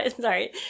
sorry